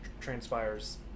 transpires